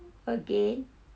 again